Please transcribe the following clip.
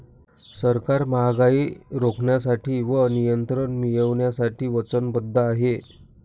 सरकार महागाई रोखण्यासाठी व नियंत्रण मिळवण्यासाठी वचनबद्ध आहे